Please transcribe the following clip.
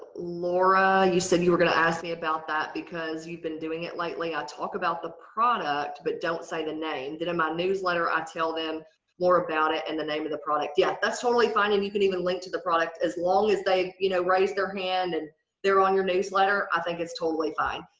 laura, you said you were gonna ask me about that because you've been doing it lately. i talked about the product but don't say the name. in my newsletter, i tell them more about it and the name of the product. yeah, that's totally fine and you can even link to the product as long as they you know raise their hand and they're on your newsletter, i think it's totally fine.